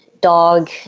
dog